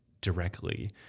directly